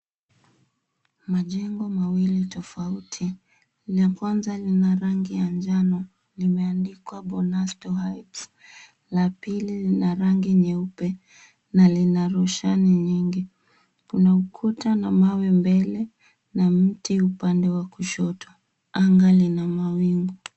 Majengo mawili tofauti. La kwanza lina rangi ya njano limeandikwa Bonasto Heights. La pili lina rangi nyeupe na lina roshani nyingi. Kuna ukuta na mawe mbele na mti upande wa kushoto. Anga lina mawingu.